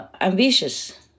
ambitious